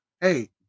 Hey